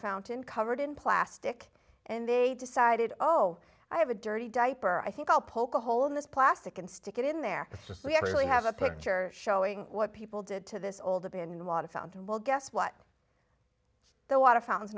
fountain covered in plastic and they decided oh i have a dirty diaper i think i'll poke a hole in this plastic and stick it in there we have really have a picture showing what people did to this old abandoned water fountain well guess what the water fountains